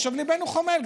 עכשיו ליבנו חומל.